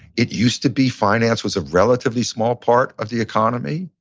it used to be finance was a relatively small part of the economy.